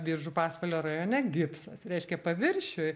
biržų pasvalio rajone gipsas reiškia paviršiuj